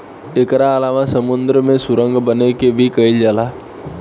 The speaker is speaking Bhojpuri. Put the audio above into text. एकरा अलावा समुंद्र में सुरंग बना के भी कईल जाला